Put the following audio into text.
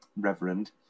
reverend